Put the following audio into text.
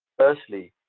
firstly,